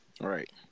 Right